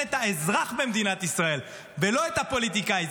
את האזרח במדינת ישראל ולא את הפוליטיקאי,